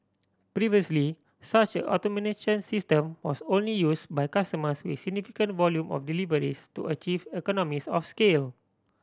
previously such an automation system was only used by customers with significant volume of deliveries to achieve economies of scale